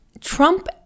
Trump